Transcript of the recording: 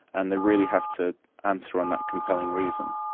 and they really have to answer on that compelling reason.